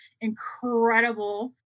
incredible